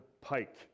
pike